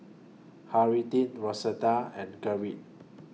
Harriette Rosetta and Gerrit